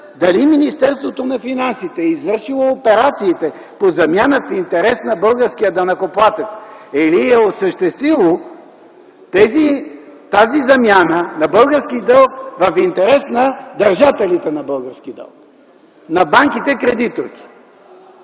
дали Министерството на финансите е извършило операциите по замяна в интерес на българския данъкоплатец, или е осъществило тази замяна на български дълг в интерес на държателите на български дълг, на банките кредиторки”.